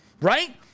right